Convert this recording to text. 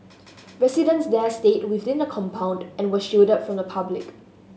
residents there stayed within the compound and were shielded from the public